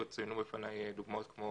וצוינו בפני דוגמאות כמו: